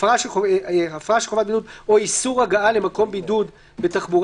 הפרה של חובת בידוד או איסור הגעה למקום בידוד בתחבורה